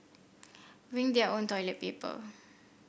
bring their own toilet paper